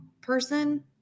person